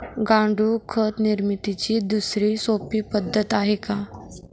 गांडूळ खत निर्मितीची दुसरी सोपी पद्धत आहे का?